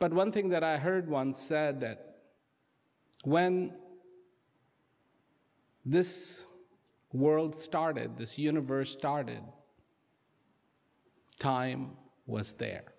but one thing that i heard once said that when this world started this universe started time was there